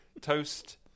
Toast